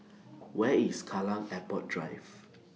Where IS Kallang Airport Drive